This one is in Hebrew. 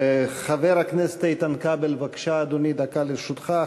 חבר הכנסת איתן כבל, בבקשה, אדוני, דקה לרשותך.